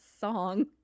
song